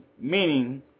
Meaning